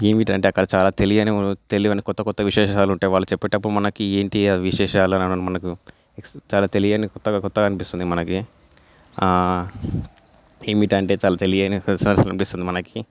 ఏమిటంటే అక్కడ చాలా తెలియని తెలియని కొత్త కొత్త విశేషాలు ఉంటాయి వాళ్ళు చెప్పేటప్పుడు మనకి ఏంటి ఈ విశేషాలు మనకి చాలా తెలియని కొత్తగా అనిపిస్తుంది మనకి ఏమిటంటే చాలా తెలియని ప్రదేశాలు చూపిస్తుంది మనకి